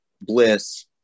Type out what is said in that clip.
Bliss